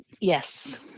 Yes